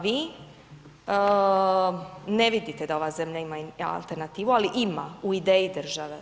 Vi ne vidite da ova zemlja ima alternativu, ali ima, u ideji države.